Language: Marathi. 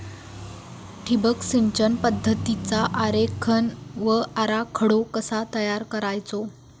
ठिबक सिंचन पद्धतीचा आरेखन व आराखडो कसो तयार करायचो?